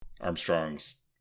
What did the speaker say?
Armstrong's